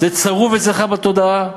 זה צרוב אצלך בתודעה,